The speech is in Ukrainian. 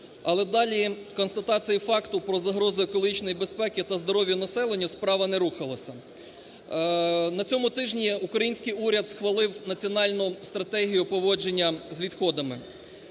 але далі констатації факту про загрозу екологічної безпеки та здоров'ю населення справа не рухалася. На цьому тижні український уряд схвалив Національну стратегію поводження з відходами.